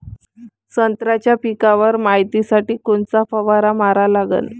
संत्र्याच्या पिकावर मायतीसाठी कोनचा फवारा मारा लागन?